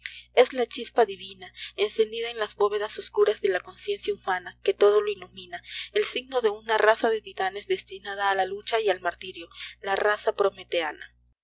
es la chispa divina encendida en las bóvedas oscuras de la conciencia humana que todo lo ilumina el signo de una raza de titanes destinada á la lucha y al martirio la raza prometeana en la cruz en